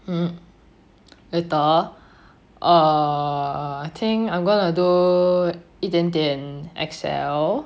mm later err I think I'm going to do 一点点 excel